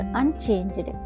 unchanged